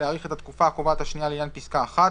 להאריך את התקופה הקובעת השנייה לעניין פסקה (1),